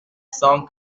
cent